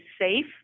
safe